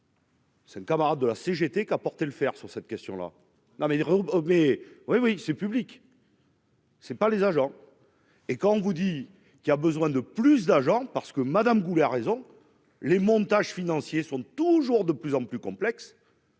C'est une camarade de la CGT qu'à porter le fer sur cette question là, non, mais, mais, oui, oui, c'est public. C'est pas les agents et quand on vous dit qu'il a besoin de plus d'argent, parce que Madame Goulet a raison, les montages financiers sont toujours de plus en plus complexes.